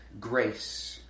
grace